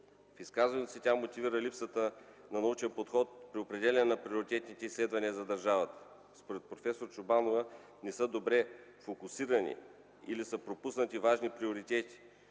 В изказването си тя мотивира липсата на научен подход при определяне на приоритетните изследвания за държавата. Според проф. Чобанова не са добре фокусирани или са пропуснати важни приоритети,